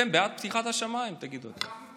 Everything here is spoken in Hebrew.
אתם בעד פתיחת השמיים, תגידו לי?